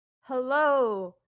Hello